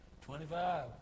Twenty-five